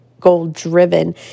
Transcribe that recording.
goal-driven